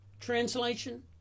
translation